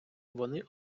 вони